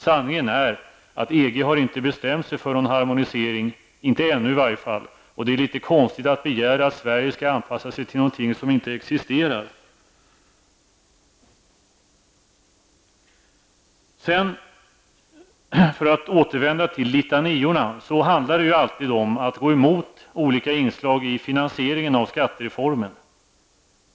Sanningen är att EG inte har bestämt sig för någon harmonisering, inte ännu i varje fall. Det är litet konstigt att begära att Sverige skall anpassa sig till någonting som inte existerar. För att återvända till litaniorna handlar det alltid om att gå emot olika inslag i finansieringen av skattereformen.